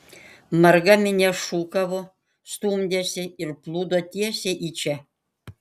marga minia šūkavo stumdėsi ir plūdo tiesiai į čia